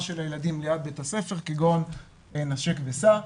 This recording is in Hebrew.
של ילדים ליד בית הספר כגון 'נשק וסע'.